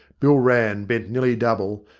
bill rann, bent nearly double,